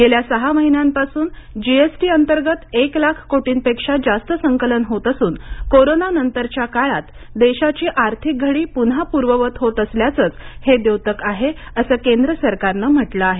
गेल्या सहा महिन्यांपासून जीएसटी अंतर्गत एक लाख कोटींपेक्षा जास्त संकलन होत असून कोरोनानंतरच्या काळात देशाची आर्थिक घडी पुन्हा पूर्ववत होत असल्याचंच हे द्योतक आहे असं केंद्र सरकारनं म्हटलं आहे